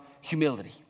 humility